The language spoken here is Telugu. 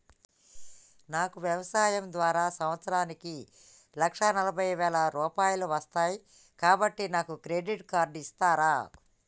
నాకు వ్యవసాయం ద్వారా సంవత్సరానికి లక్ష నలభై వేల రూపాయలు వస్తయ్, కాబట్టి నాకు క్రెడిట్ కార్డ్ ఇస్తరా?